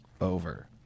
over